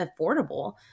affordable